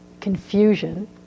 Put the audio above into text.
confusion